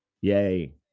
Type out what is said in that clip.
Yay